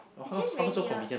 it's just very near